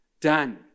Done